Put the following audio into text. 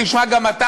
תשמע גם אתה,